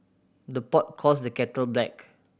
the pot calls the kettle black